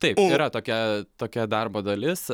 taip yra tokia tokia darbo dalis